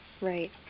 Right